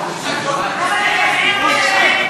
אז איפה חבר הכנסת מכלוף מיקי זוהר?